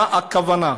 מה הכוונה,